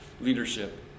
leadership